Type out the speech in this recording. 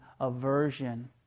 aversion